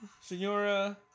Senora